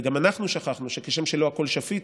וגם אנחנו שכחנו שכשם שלא הכול שפיט,